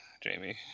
Jamie